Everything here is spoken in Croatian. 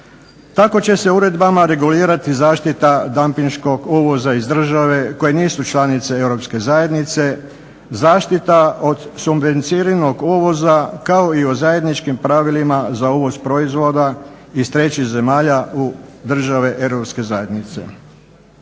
Tako će se uredbama regulirati zaštita dampinškog uvoza iz države koje nisu članice Europske zajednice, zaštita od subvencioniranog uvoza kao i o zajedničkim pravilima za uvoz proizvoda iz trećih zemalja u države Europske zajednice.